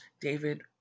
David